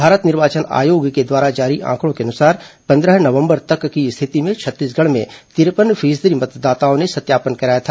भारत निर्वाचन आयोग के द्वारा जारी आंकड़ों के अनुसार पन्द्रह नवम्बर तक की स्थिति में छत्तीसगढ़ में तिरपन फीसदी मतदाताओं ने सत्यापन कराया था